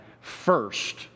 first